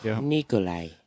Nikolai